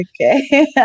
okay